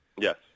Yes